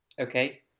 okay